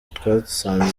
twasanze